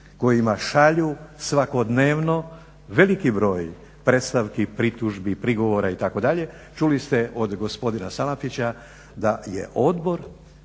kojima šalju svakodnevno veliki broj predstavki, pritužbi, prigovora itd. Čuli ste od gospodina Salapića da je odbor